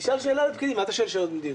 תשאל שאלה --- מה אתה שואל שאלות בזלזול?